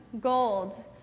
Gold